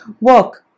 work